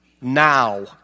now